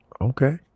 okay